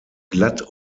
glatt